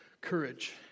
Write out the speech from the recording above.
courage